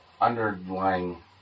underlying